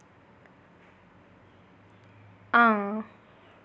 हां